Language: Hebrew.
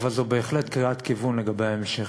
אבל זו בהחלט קריאת כיוון לגבי ההמשך.